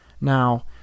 Now